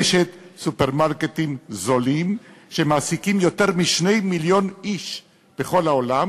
רשת סופרמרקטים זולים שמעסיקים יותר מ-2 מיליון איש בכל העולם.